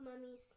mummies